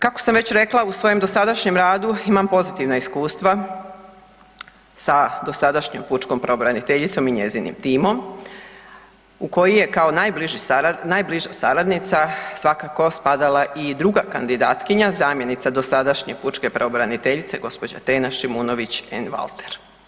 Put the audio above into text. Kako sam već rekla u svojem dosadašnjem radu imam pozitivna iskustva sa dosadašnjom pučkom pravobraniteljicom i njezinim timom u koji je kao najbliža saradnica svakako spadala i druga kandidatkinja zamjenica dosadašnje pučke pravobraniteljice gospođa Tena Šimunović Einwalter.